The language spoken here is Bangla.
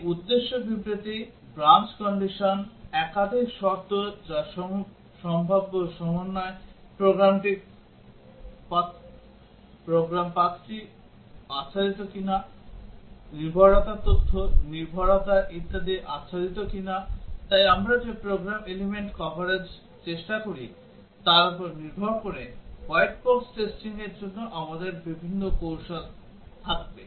এই উদ্দেশ্য বিবৃতি branch condition একাধিক শর্ত যা সব সম্ভাব্য সমন্বয় প্রোগ্রাম পাথ প্রোগ্রাম পাথটি আচ্ছাদিত কিনা নির্ভরতা তথ্য নির্ভরতা ইত্যাদি আচ্ছাদিত কিনা তাই আমরা যে প্রোগ্রাম এলিমেন্ট কভারেজ চেষ্টা করি তার উপর নির্ভর করে হোয়াইট বক্স টেস্টিং এর জন্য আমাদের বিভিন্ন কৌশল থাকবে